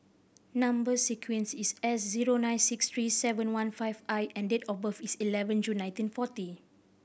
number sequence is S zero nine six three seven one five I and date of birth is eleven June nineteen forty